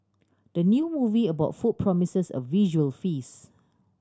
the new movie about food promises a visual feast